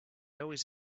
always